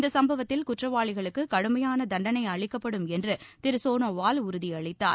இந்த சம்பவத்தில் குற்றவாளிகளுக்கு கடுமையான தண்டனை அளிக்கப்படும் என்று திரு சோனோவால் உறுதியளித்தார்